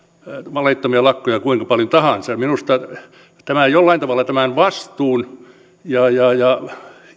laittomia lakkoja kuinka paljon tahansa minusta jollain tavalla tämän vastuun ja